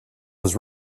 was